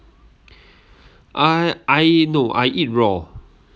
I I no I eat raw